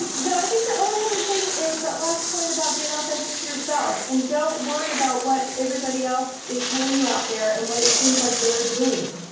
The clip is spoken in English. you know i think the only other thing is that last point about being authentic to yourself and don't worry about what everybody else is telling you out there and what it seems like they're doing.